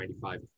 95%